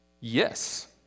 Yes